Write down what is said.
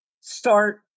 start